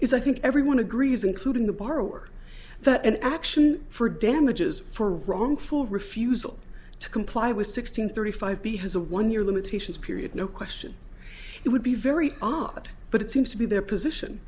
is i think everyone agrees including the borrower that an action for damages for wrongful refusal to comply with sixteen thirty five b has a one year limitations period no question it would be very odd but it seems to be their position